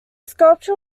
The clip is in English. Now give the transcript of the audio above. sculpture